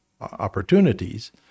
opportunities